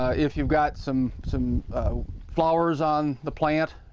ah if you've got some some flowers on the plant,